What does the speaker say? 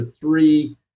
three